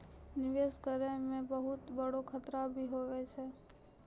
निवेश करै मे बहुत बड़ो खतरा भी हुवै छै